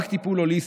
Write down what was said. רק טיפול הוליסטי,